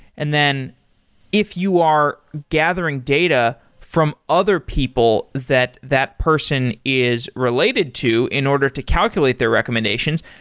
and then if you are gathering data from other people that that person is related to in order to calculate their recommendations,